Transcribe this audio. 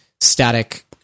static